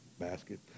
basket